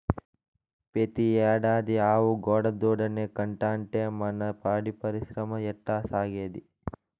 పెతీ ఏడాది ఆవు కోడెదూడనే కంటాంటే మన పాడి పరిశ్రమ ఎట్టాసాగేది